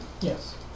Yes